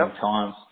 times